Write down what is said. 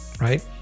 right